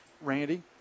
Randy